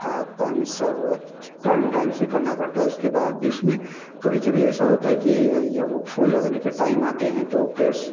खाद पानी सब टाइम टाइम से करना पड़ता है उसके बाद भी उसमें कभी कभी ऐसा होता है कि जब वह फूल लगने के टाइम आते हैं तो पेड़